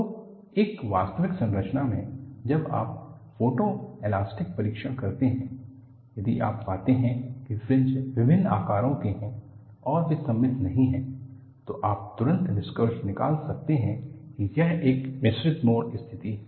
तो एक वास्तविक संरचना में जब आप फोटोएलास्टिक परीक्षण करते हैं यदि आप पाते हैं कि फ्रिंज विभिन्न आकारों के हैं और वे सममित नहीं हैं तो आप तुरंत निष्कर्ष निकाल सकते हैं कि यह एक मिश्रित मोड स्थिति है